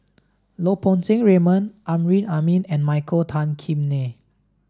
Lau Poo Seng Raymond Amrin Amin and Michael Tan Kim Nei